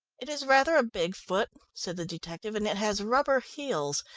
it is rather a big foot, said the detective, and it has rubber heels.